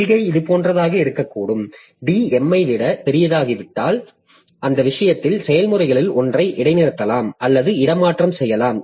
கொள்கை இதுபோன்றதாக இருக்கக்கூடும் D Mஐ விட பெரிதாகிவிட்டால் அந்த விஷயத்தில் செயல்முறைகளில் ஒன்றை இடைநிறுத்தலாம் அல்லது இடமாற்றம் செய்யலாம்